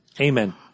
Amen